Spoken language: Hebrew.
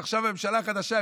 עכשיו ממשלה חדשה,